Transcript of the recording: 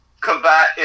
combat